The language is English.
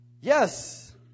yes